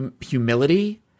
humility